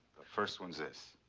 the first one's this.